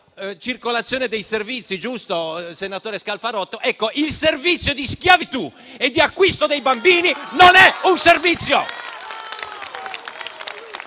Il servizio di schiavitù e di acquisto dei bambini non è un servizio!